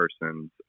person's